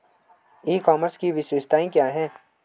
ई commerce की विशेषताएं क्या हैं?